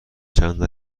چند